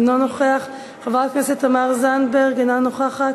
אינו נוכח, חברת הכנסת תמר זנדברג, אינה נוכחת,